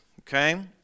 Okay